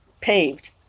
paved